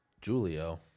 Julio